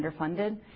underfunded